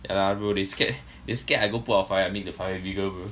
yeah lah bro they scared they scared I go put out the fire I make the fire bigger bro